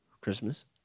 Christmas